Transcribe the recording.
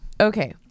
Okay